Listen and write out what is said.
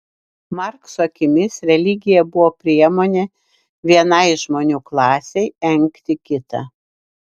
markso akimis religija buvo priemonė vienai žmonių klasei engti kitą